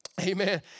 Amen